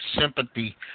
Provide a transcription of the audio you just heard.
sympathy